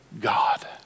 God